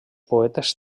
poetes